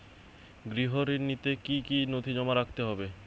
গৃহ ঋণ নিতে কি কি নথি জমা রাখতে হবে?